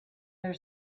their